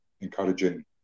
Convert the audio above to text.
encouraging